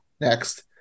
Next